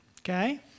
Okay